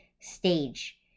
stage